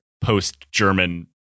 post-German